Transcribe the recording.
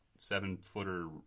seven-footer